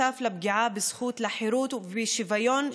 נוסף לפגיעה בזכות לחירות ושוויון,